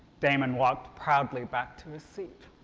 damon walked proudly back to his seat